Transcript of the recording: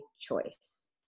choice